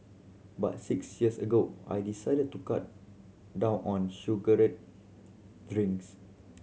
but six years ago I decided to cut down on sugared drinks